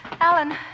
Alan